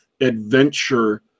adventure